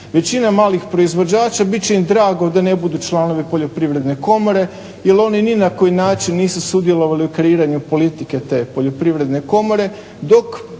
Većina malih proizvođača bit će im drago da ne budu članovi Poljoprivredne komore jer oni ni na koji način nisu sudjelovali u kreiranju politike te Poljoprivrede komore dok